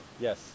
yes